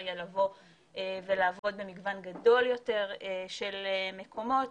מהפריפריה לעבוד במגוון גדול יותר של מקומות,